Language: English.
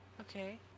Okay